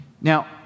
Now